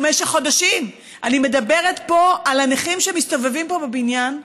במשך חודשים אני מדברת פה על הנכים שמסתובבים פה בבניין,